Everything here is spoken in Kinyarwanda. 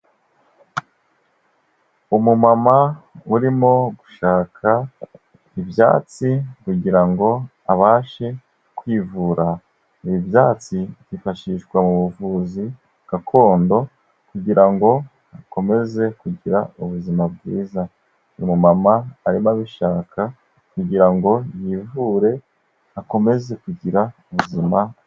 Umumama urimo gushaka ibyatsi kugirango abashe kwivura, ibi byatsi byifashishwa mu buvuzi gakondo kugirango akomeze kugira ubuzima bwiza. umumama arimo abishaka kugirango yivure akomeze kugira ubuzima.